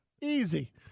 Easy